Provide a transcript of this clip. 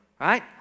right